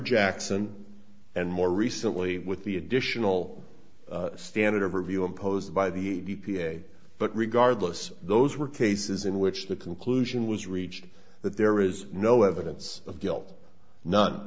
jackson and more recently with the additional standard of review imposed by the d p a but regardless those were cases in which the conclusion was reached that there is no evidence of guilt none